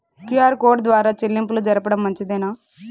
QR code ద్వారా చెల్లింపులు జరపడం మంచిదేనా?